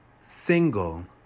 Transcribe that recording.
single